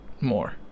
more